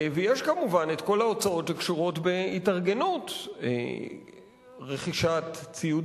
יש כמובן את כל ההוצאות הקשורות בהתארגנות: רכישת ציוד